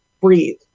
breathe